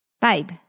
babe